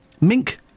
Mink